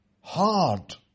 hard